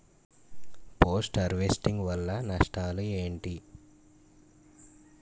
Post harvesting వల్ల నష్టాలు ఏంటి?